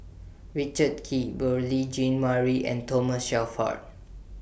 Richard Kee Beurel Jean Marie and Thomas Shelford